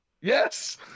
Yes